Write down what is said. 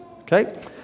Okay